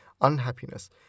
unhappiness